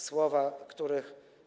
słowa, których.